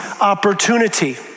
opportunity